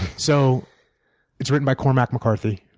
so it's written by cormac mccarthy.